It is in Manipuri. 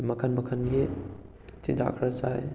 ꯃꯈꯟ ꯃꯈꯟꯒꯤ ꯆꯤꯟꯖꯥꯛ ꯈꯔ ꯆꯥꯏ